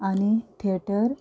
आनी थेटर